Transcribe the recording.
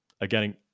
again